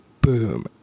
boom